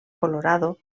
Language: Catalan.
colorado